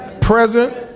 present